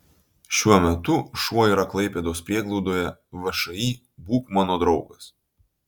šiuo metu šuo yra klaipėdos prieglaudoje všį būk mano draugas